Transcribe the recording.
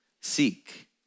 Seek